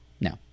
no